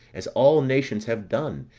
as all nations have done,